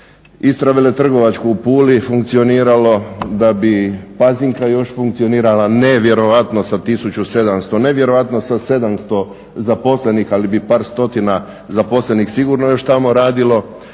Istra veletrgovačko u Puli funkcioniralo, da bi Pazinka još funkcionirala ne vjerojatno sa 1700, ne vjerojatno sa 700 zaposlenih, ali bi par stotina zaposlenih sigurno još tamo radilo.